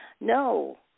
no